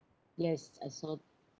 yes I saw